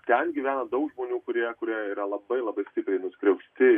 ten gyvena daug žmonių kurie kurie yra labai labai stipriai nuskriausti